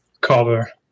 cover